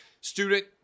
Student